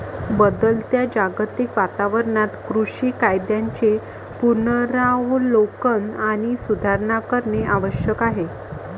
बदलत्या जागतिक वातावरणात कृषी कायद्यांचे पुनरावलोकन आणि सुधारणा करणे आवश्यक आहे